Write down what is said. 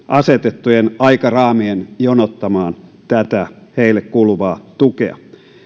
asetettujen aikaraamien jonottamaan tätä heille kuuluvaa tukea